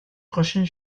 prochaine